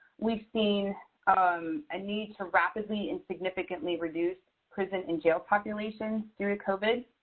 we've seen um a need to rapidly and significantly reduce prison and jail population due to covid.